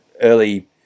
early